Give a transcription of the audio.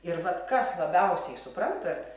ir vat kas labiausiai supranta